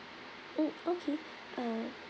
mm okay uh